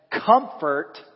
comfort